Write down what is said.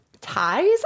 ties